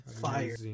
fire